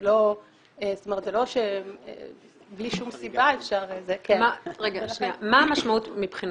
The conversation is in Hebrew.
זה לא שבלי שום סיבה אפשר --- מה המשמעות מבחינתכם?